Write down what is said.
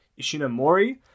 Ishinomori